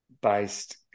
based